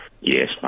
Yes